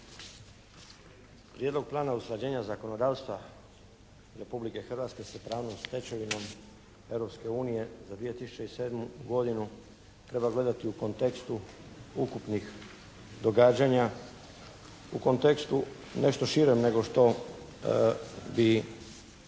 Prijedlog plana usklađenja zakonodavstva Republike Hrvatske s pravnom stečevinom Europske unije za 2007. godinu treba gledati u kontekstu ukupnih događanja, u kontekstu nešto širem nego što bi